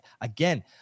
again